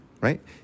right